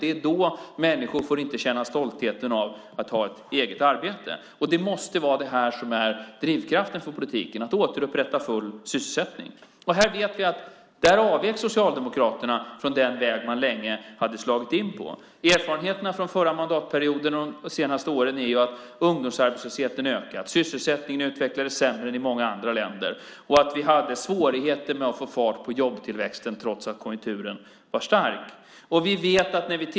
Det är då människor inte får känna stoltheten av att ha ett eget arbete. Att återupprätta full sysselsättning måste vara drivkraften för politiken. Vi vet att Socialdemokraterna avvek från den väg man länge hade slagit in på. Erfarenheterna från den förra mandatperioden och de senaste åren är att ungdomsarbetslösheten ökat, sysselsättningen utvecklades sämre än i många andra länder och vi hade svårigheter att få fart på jobbtillväxten trots att konjunkturen var stark.